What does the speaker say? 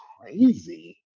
crazy